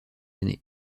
année